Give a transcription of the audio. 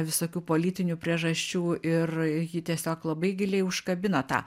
visokių politinių priežasčių ir ji tiesiog labai giliai užkabino tą